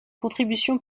contribution